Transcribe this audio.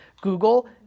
Google